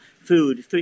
food